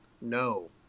no